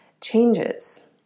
changes